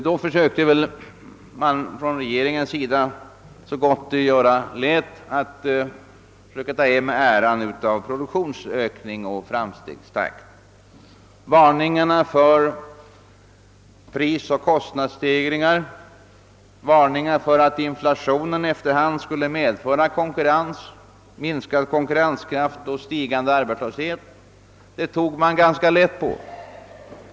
Då försökte regeringen att så gott det sig göra lät ta hem äran av produktionsökning och framstegstakt, Varningarna för prisoch kostnadsstegringar och för att inflationen efter hand skulle medföra minskad konkurrenskraft och stigande arbetslöshet tog man ganska lätt på.